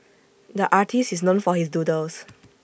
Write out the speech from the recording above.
the artist is known for his doodles